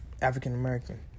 African-American